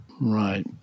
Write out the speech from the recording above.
Right